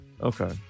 Okay